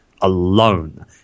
alone